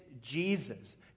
Jesus